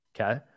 Okay